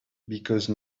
because